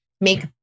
make